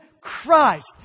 Christ